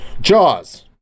Jaws